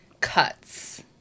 cuts